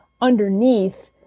underneath